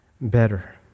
better